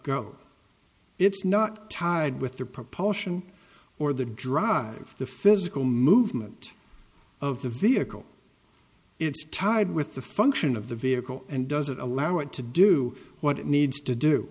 go it's not tied with the propulsion or the drive the physical movement of the vehicle it's tied with the function of the vehicle and doesn't allow it to do what it needs to do